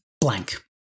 blank